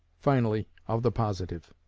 finally of the positive.